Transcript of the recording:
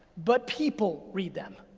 but people read them,